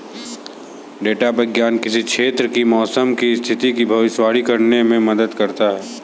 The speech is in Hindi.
डेटा विज्ञान किसी क्षेत्र की मौसम की स्थिति की भविष्यवाणी करने में मदद करता है